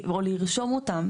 או לרשום אותם,